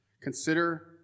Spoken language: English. Consider